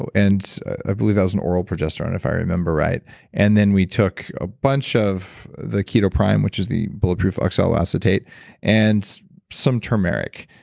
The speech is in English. so and i believe that was an oral progesterone, if i remember it right and then we took a bunch of the ketoprime, which is the bulletproof oxaloacetate and some turmeric.